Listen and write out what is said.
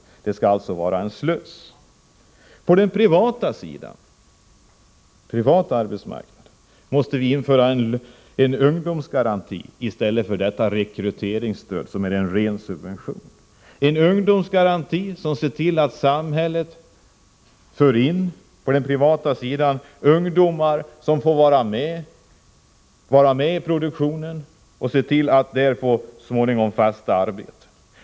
Ungdomslagen skall alltså vara en sluss. På den privata arbetsmarknaden måste det införas en ungdomsgaranti i stället för rekryteringsstödet, som är en ren subvention. Samhället skall genom denna ungdomsgaranti se till att ungdomar får vara med i produktionen och så småningom få fasta arbeten.